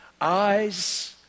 eyes